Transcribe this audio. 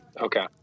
Okay